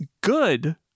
good